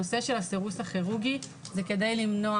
הנושא של הסירוס הכירורגי זה כדי למנוע